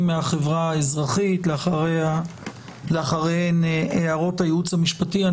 מהחברה האזרחית ואחריהן הערות הייעוץ המשפטי.